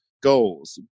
goals